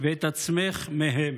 ואת עצמך מהם.